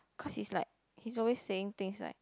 cause he's like he's always saying things like